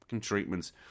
treatments